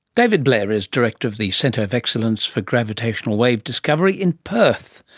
david blair is director of the centre of excellence for gravitational wave discovery in perth,